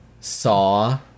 saw